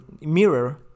mirror